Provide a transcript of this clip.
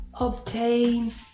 obtain